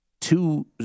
Two